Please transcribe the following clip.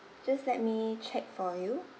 just let me check for you